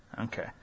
Okay